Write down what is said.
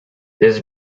this